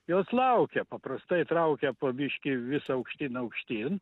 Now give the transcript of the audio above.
jos laukia paprastai traukia po biški vis aukštyn aukštyn